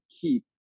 keep